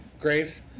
Grace